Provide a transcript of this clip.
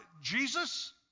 Jesus